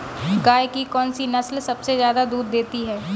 गाय की कौनसी नस्ल सबसे ज्यादा दूध देती है?